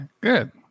good